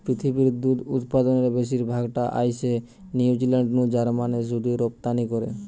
পৃথিবীর দুধ উতপাদনের বেশির ভাগ টা আইসে নিউজিলান্ড নু জার্মানে শুধুই রপ্তানি করে